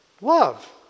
Love